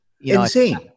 Insane